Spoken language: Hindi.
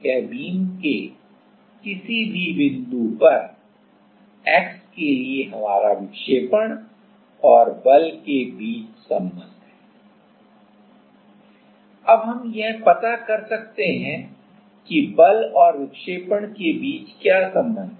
यह बीम के किसी भी बिंदु पर x के लिए हमारा विक्षेपण और बल के बीच संबंध है अब हम यह पता कर सकते हैं कि बल और विक्षेपण के बीच क्या संबंध है